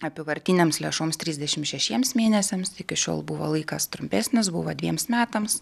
apyvartinėms lėšoms trisdešim šešiems mėnesiams iki šiol buvo laikas trumpesnis buvo dviems metams